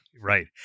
Right